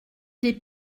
des